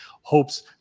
Hopes